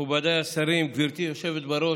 מכובדיי השרים, גברתי היושבת בראש,